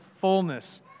fullness